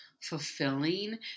fulfilling